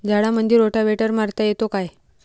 झाडामंदी रोटावेटर मारता येतो काय?